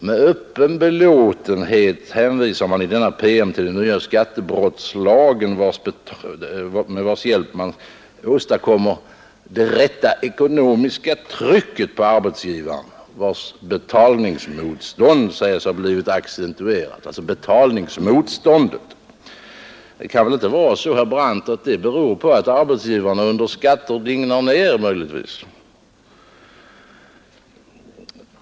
Med öppen belåtenhet hänvisas i denna PM till den nya skattebrottslagen, med vars hjälp man åstadkommer det rätta ekonomiska trycket på arbetsgivarna, vilkas betalningsmotstånd sägs ha blivit accentuerat på sistone. Det kan väl aldrig vara så, herr Brandt, att dessa arbetsgivare ”under skatter digna ner”?